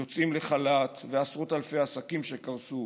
יוצאים לחל"ת ועשרות אלפי עסקים שקרסו.